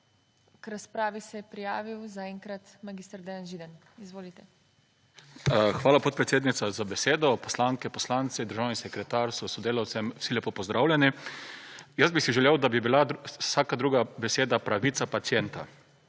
K razpravi se je prijavil za enkrat mag. Dejan Židan. Izvolite. **MAG. DEJAN ŽIDAN (PS SD):** Hvala, podpredsednica, za besedo. Poslanke, poslanci, državni sekretar s sodelavcem vsi lepo pozdravljeni! Jaz bi si želel, da bi bila vsak druga beseda pravica pacienta.